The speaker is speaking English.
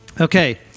okay